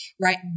Right